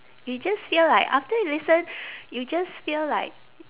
you just feel like after you listen you just feel like